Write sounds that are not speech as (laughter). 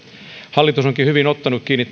hallitus onkin hyvin ottanut kiinni (unintelligible)